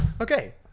Okay